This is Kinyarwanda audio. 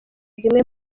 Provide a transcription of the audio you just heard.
zimwe